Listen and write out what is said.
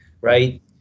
right